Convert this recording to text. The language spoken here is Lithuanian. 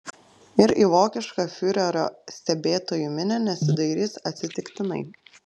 ir į vokišką fiurerio stebėtojų minią nesidairys atsitiktinai